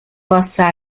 possa